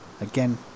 again